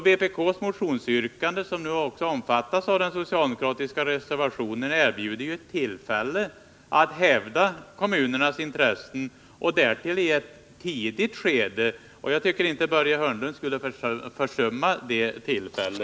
Vpk:s motionsyrkande, som också omfattas av den socialdemokratiska reservationen, erbjuder ju tillfälle att hävda kommunernas intressen och därtill i ett tidigt skede. Jag tycker att Börje Hörnlund inte skall försumma detta tillfälle.